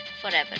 forever